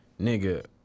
nigga